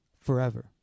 forever